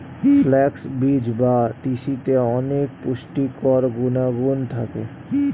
flax বীজ বা তিসিতে অনেক পুষ্টিকর গুণাগুণ থাকে